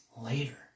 later